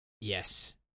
yes